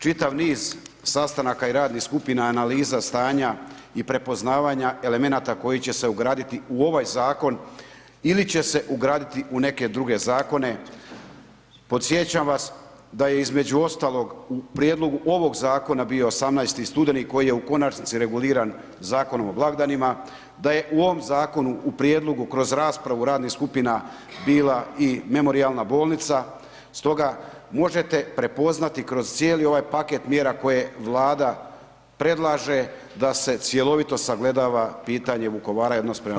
Čitav niz sastanaka i radnih skupina i analiza stanja i prepoznavanja koji će se ugraditi u ovaj zakon ili će se ugraditi u neke druge zakone, podsjećam vas da je između ostalog u prijedlogu ovog Zakona bio 18. studeni koji je u konačnici reguliran Zakonom o blagdanima, da je u ovom zakonu u prijedlogu kroz raspravu radnih skupina bila i Memorijalna bolnica, stoga možete prepoznati kroz cijeli ovaj paket mjera koje Vlada predlaže da se cjelovito sagledava pitanje Vukovara i odnos prema Vukovaru.